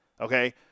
Okay